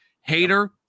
hater